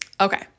Okay